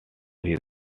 his